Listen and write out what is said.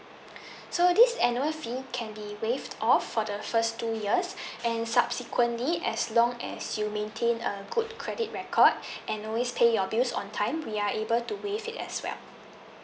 so this annual fee can be waived off for the first two years and subsequently as long as you maintain a good credit record and always pay your bills on time we are able to waive it as well